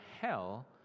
hell